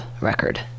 record